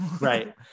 Right